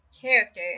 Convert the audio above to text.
character